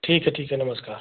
ठीक है ठीक है नमस्कार